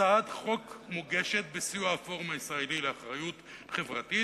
הצעת החוק מוגשת בסיוע הפורום הישראלי לאחריות חברתית